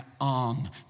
on